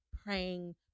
praying